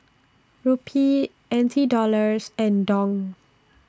Rupee N T Dollars and Dong